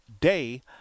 Day